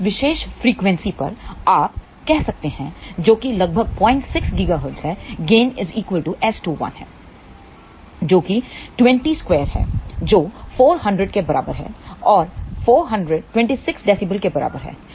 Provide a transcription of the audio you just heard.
तो इस विशेष फ्रीक्वेंसी पर आप कह सकते हैं जोकि लगभग 06 GHz हैगेन S21 है जो कि 2है जो 400 के बराबर है और 400 26 dB के बराबर है